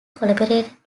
collaborated